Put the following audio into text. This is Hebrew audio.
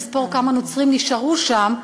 לספור כמה נוצרים נשארו שם,